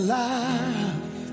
life